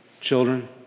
children